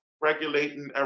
regulating